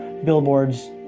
billboards